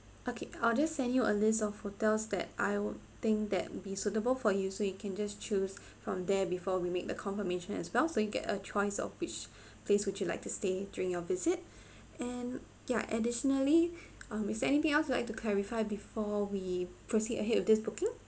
okay I'll just send you a list of hotels that I would think that be suitable for you so you can just choose from there before we make the confirmation as well so you get a choice of which place would you like to stay during your visit and ya additionally um miss anything else you like to clarify before we proceed ahead of this booking